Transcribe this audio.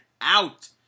out